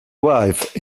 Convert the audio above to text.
wife